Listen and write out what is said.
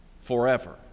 forever